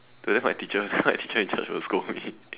but then my teacher in charge teacher in charge will scold me